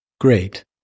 Great